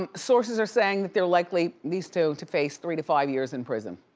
um sources are saying that they're likely, these two, to face three to five years in prison.